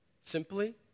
Simply